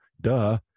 duh